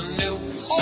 news